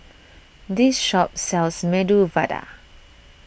this shop sells Medu Vada